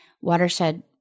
watershed